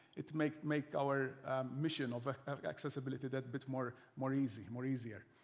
it make make our mission of ah of accessibility that bit more more easy. more easier.